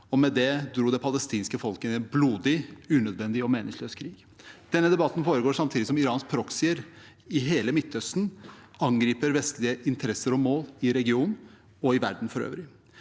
og med det dro det palestinske folket inn i en blodig, unødvendig og meningsløs krig. Denne debatten foregår samtidig som Irans «proxy»-er i hele Midtøsten angriper vestlige interesser og mål i regionen og i verden for øvrig.